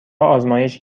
آزمایش